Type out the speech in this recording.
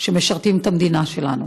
שמשרתים את המדינה שלנו?